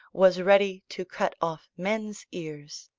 was ready to cut off men's ears.